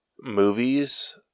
movies